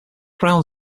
crown